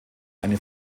eine